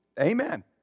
Amen